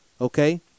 okay